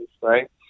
right